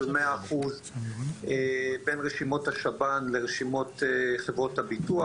100% בין רשימות השב"ן לרשימות חברות הביטוח.